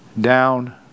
down